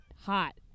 hot